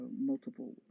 multiple